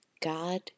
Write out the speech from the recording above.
God